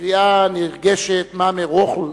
ובקריאה הנרגשת "מאמע רוחל",